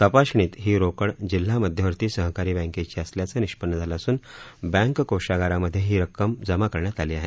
तपासणीत ही रोकड जिल्हा मध्यवर्ती सहकारी बँकेची असल्याचं निष्पन्न झालं असून बँक कोषागारामध्ये ही रक्कम जमा करण्यात आली आहे